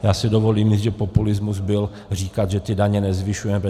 Já si dovolím říct, že populismus byl říkat, že ty daně nezvyšujeme.